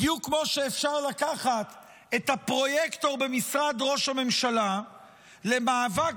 בדיוק כמו שאפשר לקחת את הפרויקטור במשרד ראש הממשלה למאבק